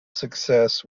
success